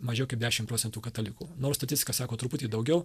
mažiau kaip dešim procentų katalikų nors statistika sako truputį daugiau